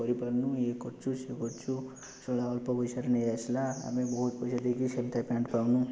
କରିପାରନୁ ଇଏ କରୁଛୁ ସିଏ କରଛୁ ଶଳା ଅଳ୍ପ ପଇସାରେ ନେଇ ଆସଲା ଆମେ ବହୁତ ପଇସା ଦେଇକି ସେମତିଆ ପ୍ୟାଣ୍ଟ୍ ପାଉନୁ